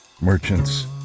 merchants